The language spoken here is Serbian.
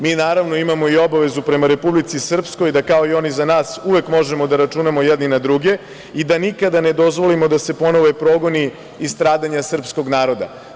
Mi naravno i imamo obavezu prema Republici Srpskoj, kao i oni za nas da uvek možemo da računamo jedni na druge i da nikada ne dozvolimo da se ponove progoni i stradanja srpskog naroda.